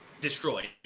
destroyed